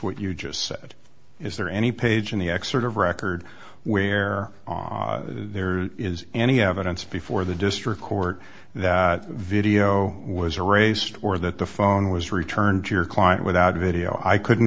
what you just said is there any page in the excerpt of record where there is any evidence before the district court that video was a racist or that the phone was returned to your client without video i couldn't